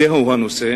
הנושא